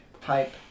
pipe